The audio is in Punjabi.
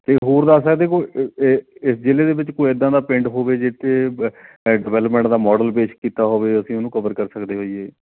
ਅਤੇ ਹੋਰ ਦੱਸ ਸਕਦੇ ਕੋਈ ਇ ਇ ਇਸ ਜ਼ਿਲ੍ਹੇ ਦੇ ਵਿੱਚ ਕੋਈ ਇੱਦਾਂ ਦਾ ਪਿੰਡ ਹੋਵੇ ਜਿੱਥੇ ਵ ਡਿਵੈਲਪਮੈਂਟ ਦਾ ਮੋਡਲ ਪੇਸ਼ ਕੀਤਾ ਹੋਵੇ ਅਸੀਂ ਉਹਨੂੰ ਕਵਰ ਕਰ ਸਕਦੇ ਹੋਈਏ